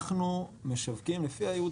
אנחנו משווקים לפי הייעוד